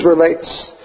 relates